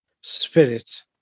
spirit